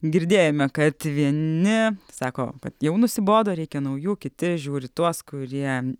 girdėjome kad vieni sako kad jau nusibodo reikia naujų kiti žiūri tuos kurie